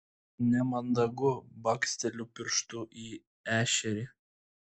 nemandagu baksteliu pirštu į ešerį